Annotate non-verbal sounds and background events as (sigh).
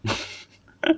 (laughs)